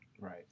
Right